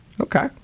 Okay